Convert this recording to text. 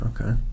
Okay